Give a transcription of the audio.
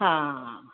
हा